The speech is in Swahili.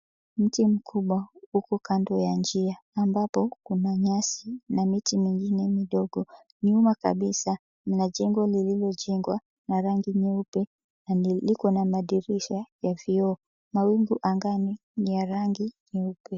Mti mkubwa upo kando ya njia ambapo kuna nyasi na miti mingine midogo. Nyuma kabisa mna jengo lililojengwa na rangi nyeupe na liko na madirisha ya vioo. Mawingu angani ni ya rangi nyeupe.